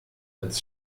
als